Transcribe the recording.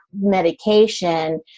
medication